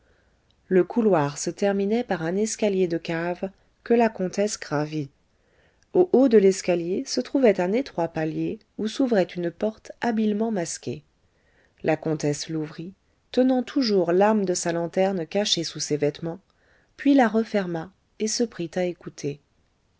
le couloir se terminait par un escalier de cave que la comtesse gravit au haut de l'escalier se trouvait un étroit palier où s'ouvrait une porte habilement masquée la comtesse l'ouvrit tenant toujours l'âme de sa lanterne cachée sous ses vêtements puis la referma et se prit à écouter